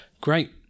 Great